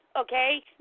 okay